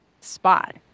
spot